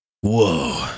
Whoa